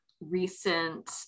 Recent